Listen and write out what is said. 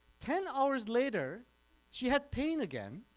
ten hours later she had pain again